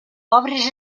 obres